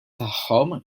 tagħhom